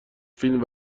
فیلم